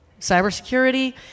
cybersecurity